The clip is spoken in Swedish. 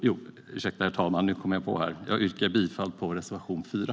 Jag yrkar bifall till vår reservation 4.